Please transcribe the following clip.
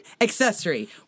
accessory